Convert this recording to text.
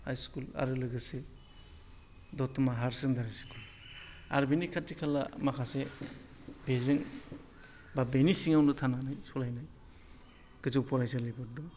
high school आरो लोगोसे दतमा हायार सेकेन्दारि स्कुल आरो बेनि खाथि खाला माखासे बेजों बा भेनि सिङावनो थानानै सलायनाय गोजौ फरायसालिफोर दं